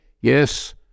yes